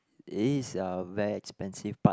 it is a very expensive part